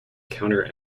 counter